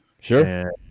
Sure